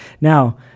Now